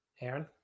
Aaron